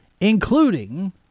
Including